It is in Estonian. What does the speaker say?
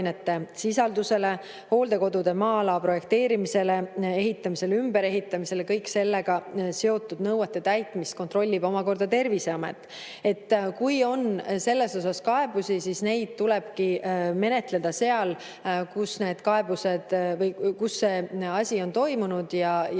toiduainesisaldusele, hooldekodude maa-ala projekteerimisele, ehitamisele, ümberehitamisele – kõiki sellega seotud nõuete täitmist kontrollib omakorda Terviseamet. Kui on selles osas kaebusi, siis neid tulebki menetleda seal, kus see asi on toimunud, ja